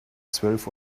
zwölf